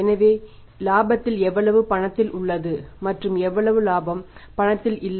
எனவே இலாபத்தில் எவ்வளவு பணத்தில் உள்ளது மற்றும் எவ்வளவு இலாபம் பணத்தில் இல்லை